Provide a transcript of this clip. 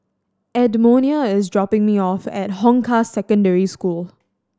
Edmonia is dropping me off at Hong Kah Secondary School